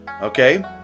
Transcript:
okay